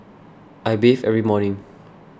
I bathe every morning